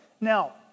Now